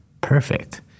perfect